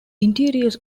interiors